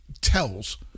tells